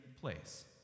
place